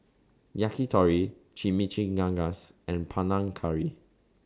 Yakitori Chimichangas and Panang Curry